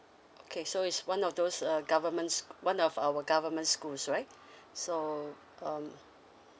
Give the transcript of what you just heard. okay so it's one of those uh government's one of our government schools right so um